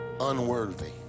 unworthy